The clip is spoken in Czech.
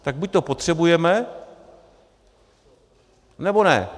Tak buďto to potřebujeme, nebo ne.